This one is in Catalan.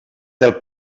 del